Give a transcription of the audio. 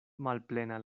malplena